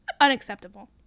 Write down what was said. unacceptable